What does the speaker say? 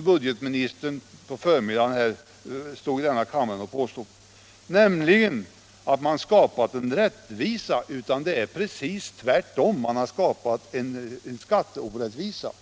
Budgetministern påstod på förmiddagen att man har skapat rättvisa. Det är alltså inte så utan precis tvärtom. Man har skapat en skatteorättvisa.